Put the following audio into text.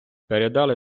передали